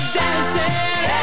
dancing